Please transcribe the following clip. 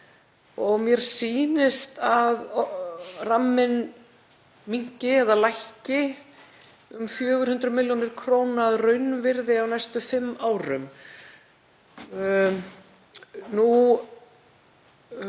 og mér sýnist að ramminn minnki eða lækki um 400 millj. kr. að raunvirði á næstu fimm árum.